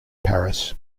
paris